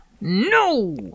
No